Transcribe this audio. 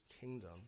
kingdom